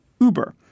Uber